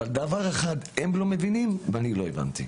אבל, דבר אחד הם לא מבינים ואני לא הבנתי,